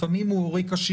לפעמים הוא ערירי,